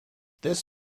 this